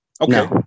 Okay